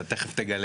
אתה תיכף תגלה.